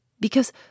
Because